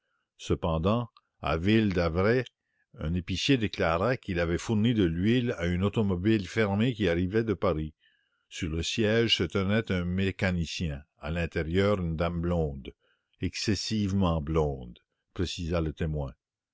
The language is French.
cependant à ville-d'avray un épicier déclara qu'il avait fourni de l'huile à une automobile qui arrivait de paris sur le siège se tenait un mécanicien à l'intérieur une dame blonde